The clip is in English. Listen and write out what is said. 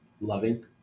loving